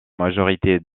majorité